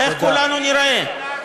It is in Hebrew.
איך כולנו ניראה?